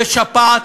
יש שפעת?